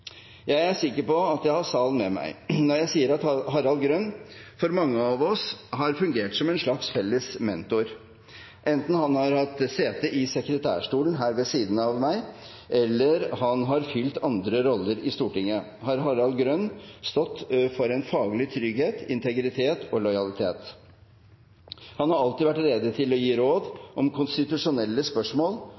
Jeg er sikker på at jeg har salen med meg når jeg sier at Harald Grønn for mange av oss har fungert som en slags felles mentor. Enten han har hatt sete i sekretærstolen her ved siden av meg, eller han har fylt andre roller i Stortinget, har Harald Grønn stått for en faglig trygghet, integritet og lojalitet. Han har alltid vært rede til å gi råd om konstitusjonelle spørsmål